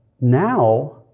now